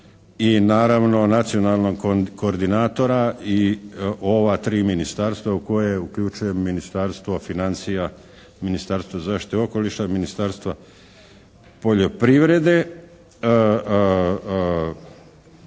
i naravno nacionalnog koordinatora i ova tri ministarstva u koje uključujem Ministarstvo financija, Ministarstvo zaštite okoliša, Ministarstvo poljoprivrede